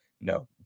No